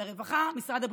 ממשרד הרווחה למשרד הבריאות.